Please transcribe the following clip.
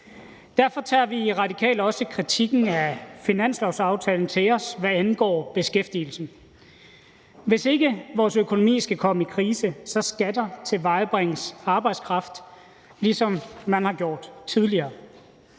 Derfor tager i i Radikale også kritikken af finanslovsaftalen til os, hvad angår beskæftigelsen. Hvis ikke vores økonomi skal komme i krise, skal der tilvejebringes arbejdskraft, ligesom man har gjort tidligere,